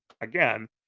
again